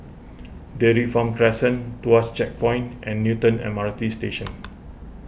Dairy Farm Crescent Tuas Checkpoint and Newton M R T Station